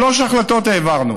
שלוש החלטות העברנו.